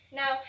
now